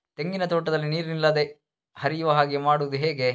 ತೆಂಗಿನ ತೋಟದಲ್ಲಿ ನೀರು ನಿಲ್ಲದೆ ಹರಿಯುವ ಹಾಗೆ ಮಾಡುವುದು ಹೇಗೆ?